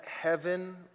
heaven